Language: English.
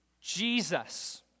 Jesus